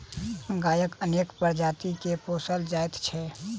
गायक अनेक प्रजाति के पोसल जाइत छै